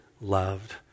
loved